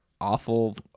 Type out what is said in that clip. awful